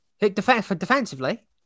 Defensively